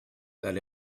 that